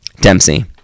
Dempsey